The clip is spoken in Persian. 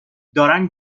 دارن